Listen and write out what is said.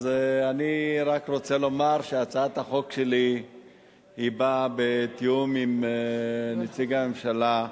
אז אני רק רוצה לומר שהצעת החוק שלי באה בתיאום עם נציגי הממשלה.